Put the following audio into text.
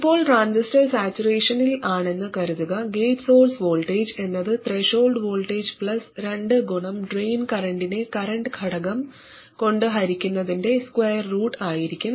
ഇപ്പോൾ ട്രാൻസിസ്റ്റർ സാച്ചുറേഷനിൽ ആണെന്ന് കരുതുക ഗേറ്റ് സോഴ്സ് വോൾട്ടേജ് എന്നത് ത്രെഷോൾഡ് വോൾട്ടേജ് പ്ലസ് രണ്ടു ഗുണം ഡ്രെയിൻ കറന്റിനെ കറന്റ് ഘടകം കൊണ്ട് ഹരിക്കുന്നതിന്റെ സ്ക്വയർ റൂട്ട് ആയിരിക്കും